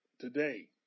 today